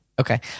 Okay